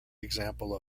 example